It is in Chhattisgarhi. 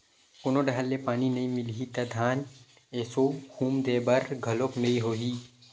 कोनो डहर ले पानी नइ मिलही त धान एसो हुम दे बर घलोक नइ होही